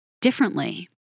differently